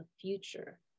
future